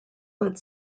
led